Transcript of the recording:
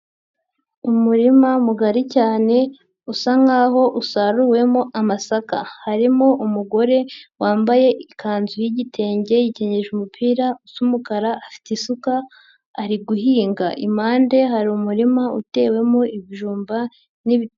Umurima mugari cyane usa nkaho usaruwemo amasaka, harimo umugore wambaye ikanzu y'igitenge yikenyeje umupira usa umukara, afite isuka ari guhinga impande hari umurima utewemo ibijumba n'ibiti.